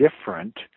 different